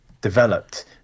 developed